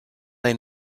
they